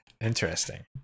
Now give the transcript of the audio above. Interesting